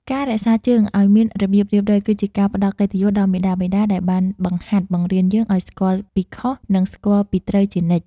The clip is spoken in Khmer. ការរក្សាជើងឱ្យមានរបៀបរៀបរយគឺជាការផ្តល់កិត្តិយសដល់មាតាបិតាដែលបានបង្ហាត់បង្រៀនយើងឱ្យស្គាល់ពីខុស និង ស្គាល់ពីត្រូវជានិច្ច។